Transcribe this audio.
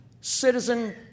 citizen